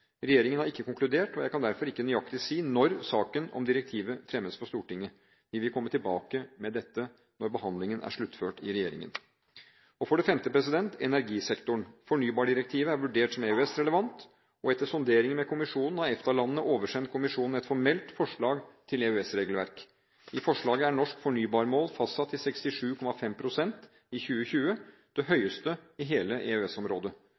Regjeringen har ikke konkludert, og jeg kan derfor ikke nøyaktig si når saken om direktivet fremmes for Stortinget. Vi vil komme tilbake med dette når behandlingen er sluttført i regjeringen. For det femte – energisektoren: Fornybardirektivet er vurdert som EØS-relevant, og etter sonderinger med kommisjonen har EFTA-landene oversendt kommisjonen et formelt forslag til EØS-regelverk. I forslaget er norsk fornybarmål fastsatt til 67,5 pst. i 2020 – det høyeste i hele